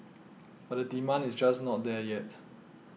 but demand is just not there yet